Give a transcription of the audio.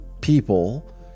people